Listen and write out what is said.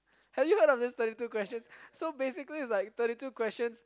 have you heard of this thirty two questions so basically like thirty two questions